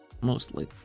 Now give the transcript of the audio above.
Mostly